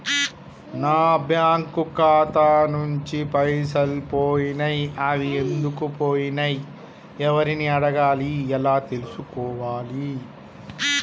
నా బ్యాంకు ఖాతా నుంచి పైసలు పోయినయ్ అవి ఎందుకు పోయినయ్ ఎవరిని అడగాలి ఎలా తెలుసుకోవాలి?